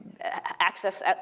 access